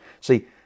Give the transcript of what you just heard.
See